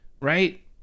Right